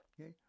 Okay